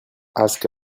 ask